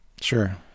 sure